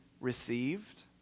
received